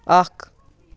اَکھ